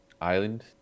island